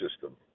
system